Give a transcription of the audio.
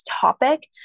topic